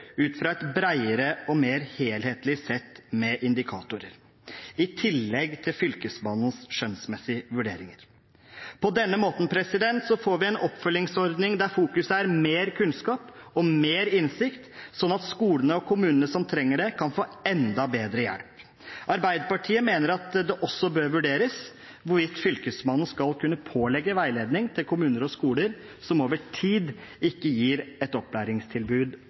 ut fra et bredere og mer helhetlig sett med indikatorer, i tillegg til Fylkesmannens skjønnsmessige vurderinger. På denne måten får vi en oppfølgingsordning der fokuset er mer kunnskap og mer innsikt, sånn at de skolene og kommunene som trenger det, kan få enda bedre hjelp. Arbeiderpartiet mener at det også bør vurderes hvorvidt Fylkesmannen skal kunne pålegge veiledning til kommuner og skoler som over tid ikke gir et opplæringstilbud